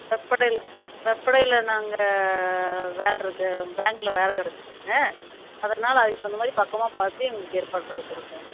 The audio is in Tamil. வெப்படையில் வெப்படையில் நாங்கள் வேலை இருக்குது பேங்க்கில் வேலை கிடச்சிருக்குங்க அதனால் அதுக்கு தகுந்த மாதிரி பக்கமாக பார்த்து எங்களுக்கு ஏற்பாடு பண்ணி கொடுங்க